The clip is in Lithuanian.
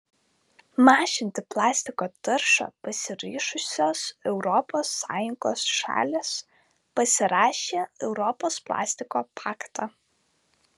mažinti plastiko taršą pasiryžusios europos sąjungos šalys pasirašė europos plastiko paktą